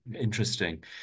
Interesting